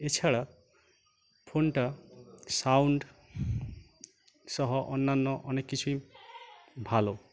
এছাড়া ফোনটা সাউন্ড সহ অন্যান্য অনেক কিছুই ভালো